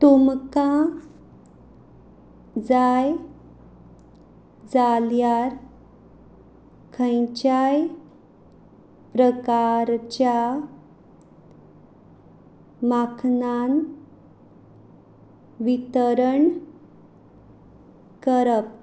तुमकां जाय जाल्यार खंयच्याय प्रकारच्या माखनान वितरण करप